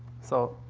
so,